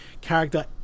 character